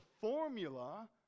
formula